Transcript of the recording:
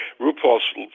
RuPaul's